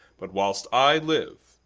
but, whilst i live,